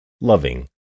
loving